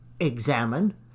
examine